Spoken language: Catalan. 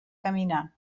caminar